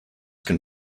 can